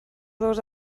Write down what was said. dos